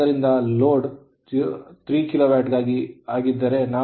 ಆದ್ದರಿಂದ load 03 kilowatt ಆಗಿದ್ದರೆ